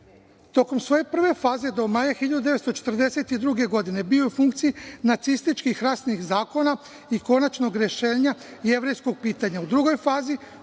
svoje prve faze do maja 1942. godine bio u funkciji nacističkih rasnih zakona i konačnog rešenja jevrejskog pitanja.